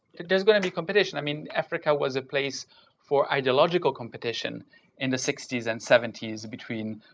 if there's going to be competition, i mean, africa was a place for ideological competition in the sixty s and seventy s between